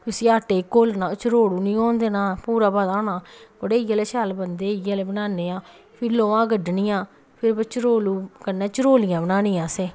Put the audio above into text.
उसी आटे गी घोलना तरोड़ू निं होन देना पूरा पता होना इ'यै जेह् शैल बनदे इ'यै जेह् बनान्ने आं फिर लोहां कड्ढनियां फिर चरोलू कन्नै चरोलियां बनानियां असें